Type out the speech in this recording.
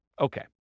Okay